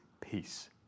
peace